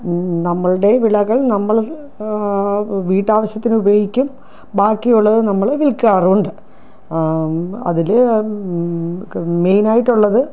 നമ്മളുടെ വിളകൾ നമ്മൾ വീട്ടാവശ്യത്തിനുപയോഗിക്കും ബാക്കിയുള്ളത് നമ്മൾ വിൽക്കാറുണ്ട് അതിൽ മെയിനായിട്ടുള്ളത്